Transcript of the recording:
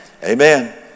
Amen